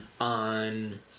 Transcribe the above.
on